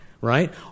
right